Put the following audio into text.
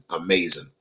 Amazing